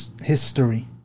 history